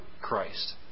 Christ